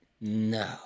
No